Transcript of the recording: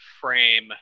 frame